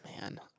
man